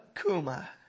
Kuma